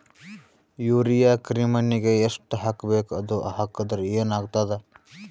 Urea ಕರಿಮಣ್ಣಿಗೆ ಎಷ್ಟ್ ಹಾಕ್ಬೇಕ್, ಅದು ಹಾಕದ್ರ ಏನ್ ಆಗ್ತಾದ?